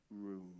room